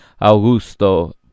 Augusto